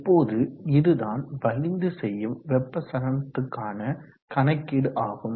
இப்போது இதுதான் வலிந்து செய்யும் வெப்ப சலனத்திற்கான கணக்கீடு ஆகும்